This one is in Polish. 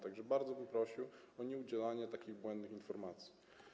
Tak że bardzo bym prosił o nieudzielanie takich błędnych informacji.